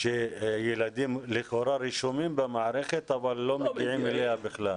שילדים לכאורה רשומים במערכת אבל לא מגיעים אליה בכלל.